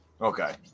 Okay